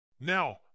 Now